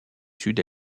sud